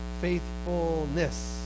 faithfulness